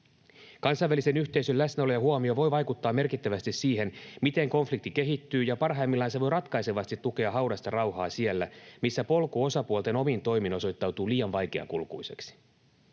Kansainvälisen yhteisön läsnäolo ja huomio voi vaikuttaa merkittävästi siihen, miten konflikti kehittyy, ja parhaimmillaan se voi ratkaisevasti tukea haurasta rauhaa siellä, missä polku osapuolten omin toimin osoittautuu liian vaikeakulkuiseksi.